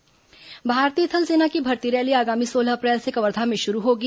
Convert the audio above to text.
थल सेना भर्ती रैली भारतीय थल सेना की भर्ती रैली आगामी सोलह अप्रैल से कवर्धा में शुरू होगी